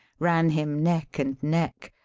ran him neck and neck,